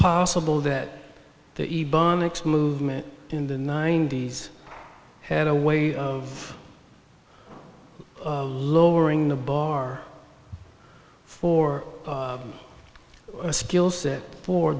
possible that the ebonics movement in the ninety's had a way of lowering the bar for a skillset for